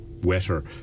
wetter